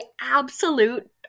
absolute